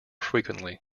frequently